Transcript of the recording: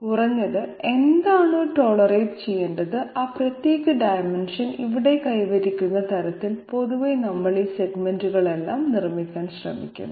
കുറഞ്ഞത് എന്താണോ ടോളറേറ്റ് ചെയ്യേണ്ടത് ആ പ്രത്യേക ഡയമെൻഷൻ ഇവിടെ കൈവരിക്കുന്ന തരത്തിൽ പൊതുവെ നമ്മൾ ഈ സെഗ്മെന്റുകളെല്ലാം നിർമ്മിക്കാൻ ശ്രമിക്കുന്നു